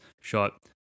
shot